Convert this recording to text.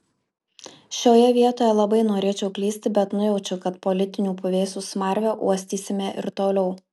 šioje vietoje labai norėčiau klysti bet nujaučiu kad politinių puvėsių smarvę uostysime ir toliau